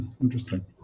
Interesting